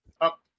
up